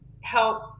help